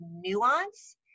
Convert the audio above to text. nuance